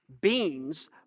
beams